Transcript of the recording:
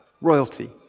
royalty